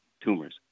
tumors